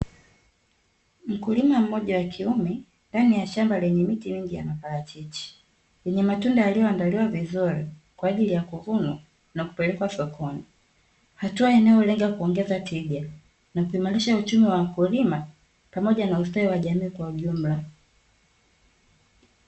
Mkulima mmoja wa kiume ndani ya shamba lenye miti mingi ya maparachichi yenye matunda yaliyoandaliwa vizuri kwa ajili ya kuvunwa na kupelekwa sokoni. Hatua inayolenga kuongeza tija na kuimarisha uchumi wa wakulima pamoja na ustawi wa jamii kwa ujumla